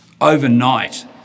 overnight